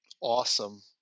Awesome